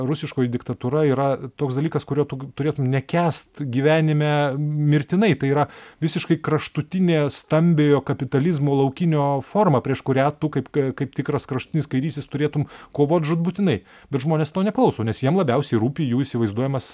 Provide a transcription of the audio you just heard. rusiškoji diktatūra yra toks dalykas kurio tu turėtum nekęst gyvenime mirtinai tai yra visiškai kraštutinė stambiojo kapitalizmo laukinio forma prieš kurią tu kaip k kaip tikras kraštutinis kairysis turėtum kovot žūtbūtinai bet žmonės to neklauso nes jiem labiausiai rūpi jų įsivaizduojamas